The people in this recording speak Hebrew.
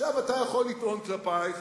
עכשיו אתה יכול לטעון כלפי,